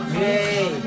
hey